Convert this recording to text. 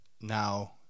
now